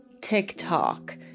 TikTok